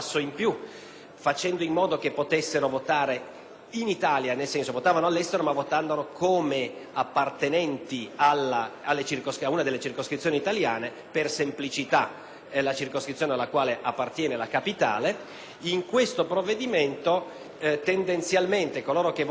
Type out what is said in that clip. potessero votare all'estero ma come appartenenti ad una delle circoscrizioni italiane: per semplicità, la circoscrizione alla quale appartiene la capitale. In questo provvedimento, tendenzialmente, coloro che voteranno all'estero come italiani